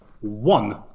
one